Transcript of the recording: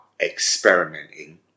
experimenting